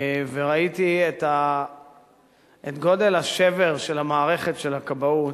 וראיתי את גודל השבר של המערכת של הכבאות,